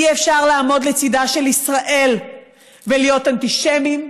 אי-אפשר לעמוד לצידה של ישראל ולהיות אנטישמים,